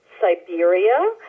Siberia